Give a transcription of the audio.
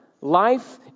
Life